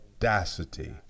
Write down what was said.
audacity